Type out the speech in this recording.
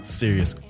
serious